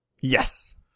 Yes